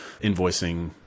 invoicing